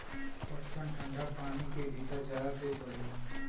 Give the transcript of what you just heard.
पटसन ठंडा पानी के भितर जादा तेज बढ़ेला